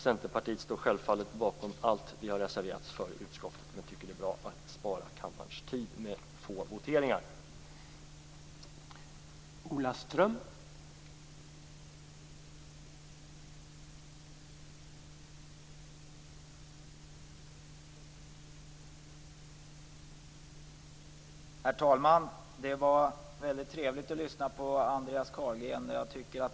Centerpartiet står självfallet bakom allt det som vi har reserverat oss för i utskottet, men vi tycker att det är bra att genom få voteringar spara kammarens tid.